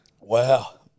Wow